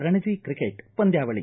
Ranji cricket ಪಂದ್ಯಾವಳಿ